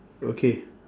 okay